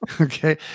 Okay